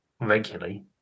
regularly